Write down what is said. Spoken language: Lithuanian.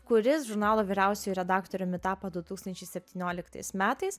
kuris žurnalo vyriausiuoju redaktoriumi tapo du tūkstančiai septynioliktais metais